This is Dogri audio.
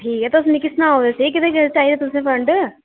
ठीक ऐ तुस मिकी सनाओ ते सेही केह्दे केह्दे चाहिदे तुसें फं'ड